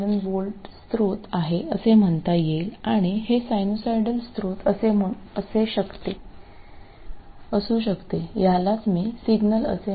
7V स्त्रोत आहे असे म्हणता येईल आणि हे सायनुसायडल स्त्रोत असू शकते यालाच मी सिग्नलअसे म्हणतो